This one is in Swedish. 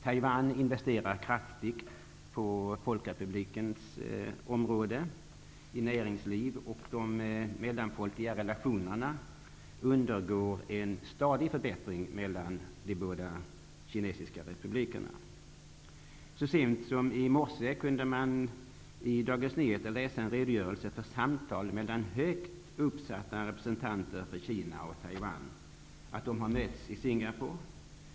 Taiwan investerar kraftigt i näringslivet på folkrepublikens område, och de mellanfolkliga relationerna mellan de båda kinesiska republikerna undergår en stadig förbättring. Så sent som i morse kunde man i Dagens Nyheter läsa en redogörelse för samtal mellan högt uppsatta representanter för Kina och Taiwan. De har mötts i Singapore.